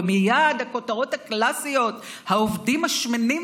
ומייד הכותרות הקלאסיות: העובדים השמנים